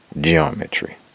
geometry